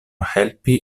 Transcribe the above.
helpi